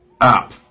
up